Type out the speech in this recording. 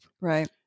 right